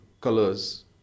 colors